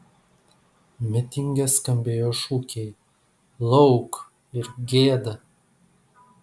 mitinge skambėjo šūkiai lauk ir gėda